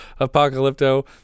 Apocalypto